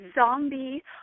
zombie